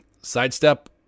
Sidestep